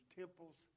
temples